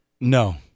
No